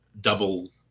double